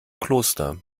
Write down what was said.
kloster